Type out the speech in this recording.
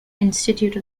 institute